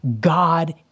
God